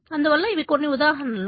అందువల్ల ఇవి కొన్ని ఉదాహరణలు